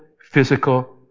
physical